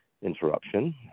interruption